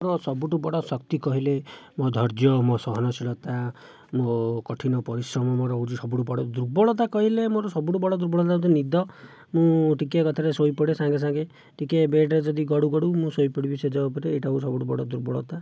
ମୋ'ର ସବୁଠୁ ବଡ଼ ଶକ୍ତି କହିଲେ ମୋ' ଧୈର୍ଯ୍ୟ ଓ ମୋ' ସହନଶୀଳତା ମୋ' କଠିନ ପରିଶ୍ରମ ମୋ'ର ହେଉଛି ବଡ଼ ଦୁର୍ବଳତା କହିଲେ ମୋ'ର ସବୁଠୁ ବଡ଼ ଦୁର୍ବଳତା ହେଉଛି ନିଦ ମୁଁ ଟିକେ କଥାରେ ଶୋଇପଡ଼େ ସାଙ୍ଗେ ସାଙ୍ଗେ ଟିକେ ବେଡ଼ରେ ଯଦି ଗଡ଼ୁ ଗଡ଼ୁ ମୁଁ ଶୋଇପଡ଼ିବି ଶେଯ ଉପରେ ଏ'ଟା ହେଉଛି ସବୁଠୁ ବଡ଼ ଦୁର୍ବଳତା